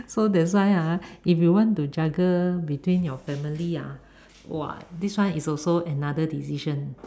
so that's why ah if you want to juggle between your family ya !wah! this one is also another decision